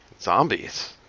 Zombies